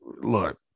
look